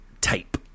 Tape